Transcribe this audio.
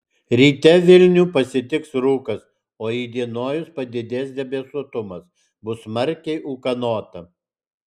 ryte vilnių pasitiks rūkas o įdienojus padidės debesuotumas bus smarkiai ūkanota